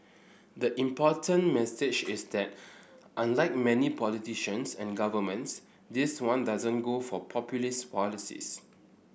the important message is that unlike many politicians and governments this one doesn't go for populist policies